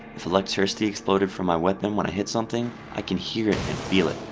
if electricity explodes from my weapon when i hit something, i can hear it and feel it.